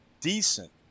decent